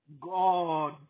God